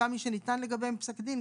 גם מי שניתן לגביהם פסק דין,